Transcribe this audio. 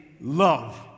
love